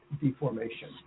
deformation